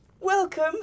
Welcome